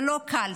זה לא קל.